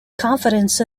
confidence